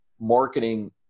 marketing